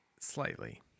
Slightly